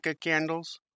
candles